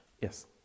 yes